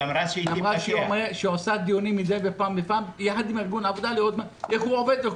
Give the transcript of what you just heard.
היא אמרה שהיא תערוך דיונים מידי פעם בפעם כדי לראות איך הארגון עובד.